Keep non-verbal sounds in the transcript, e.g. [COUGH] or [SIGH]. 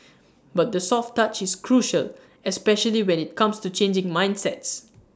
[NOISE] but the soft touch is crucial especially when IT comes to changing mindsets [NOISE]